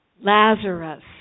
Lazarus